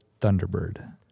Thunderbird